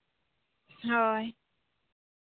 ᱦᱳᱭ